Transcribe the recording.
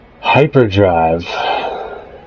hyperdrive